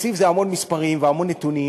תקציב זה המון מספרים והמון נתונים,